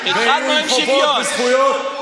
ויהיו להם חובות וזכויות,